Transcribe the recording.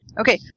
Okay